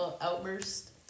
outburst